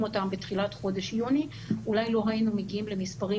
אותן בתחילת חודש יוני אולי לא היינו מגיעים למספרים